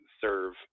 serve